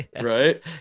Right